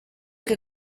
che